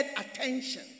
attention